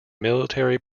military